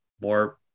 more